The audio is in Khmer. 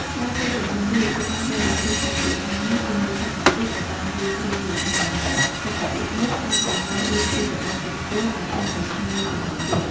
ក្រោយពេលចម្អិនរួច គេអាចបរិភោគសាច់គោអាំងនេះជាមួយទឹកកាពិដែលបានលាយគ្រឿងរួច ហើយទឹកកាពិនេះអាចបង្កើនរសជាតិរបស់សាច់គោឱ្យកាន់តែឆ្ងាញ់មួយកម្រិតទៀត។